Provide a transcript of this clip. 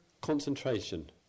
concentration